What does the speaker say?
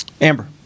Amber